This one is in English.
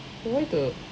eh why the